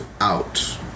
out